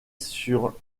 sur